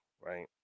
right